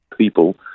people